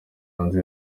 hanze